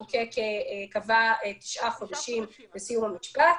יש קבועים שנקבעו בחוק.